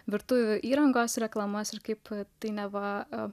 virtuvių įrangos reklamas ir kaip tai neva